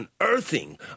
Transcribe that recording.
unearthing